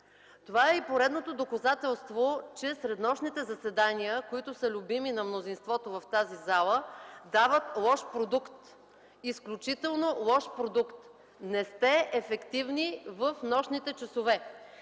Това е и поредното доказателство, че среднощните заседания, които са любими на мнозинството в тази зала, дават лош продукт. Изключително лош продукт! Не сте ефективни в нощните часове!